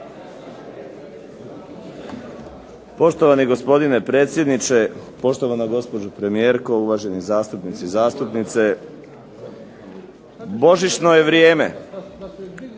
Poštovani gospodine predsjedniče, poštovana gospođo premijerko, uvaženi zastupnici i zastupnice. Božićno je vrijeme,